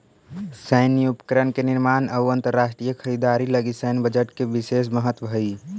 सैन्य उपकरण के निर्माण अउ अंतरराष्ट्रीय खरीदारी लगी सैन्य बजट के विशेष महत्व हई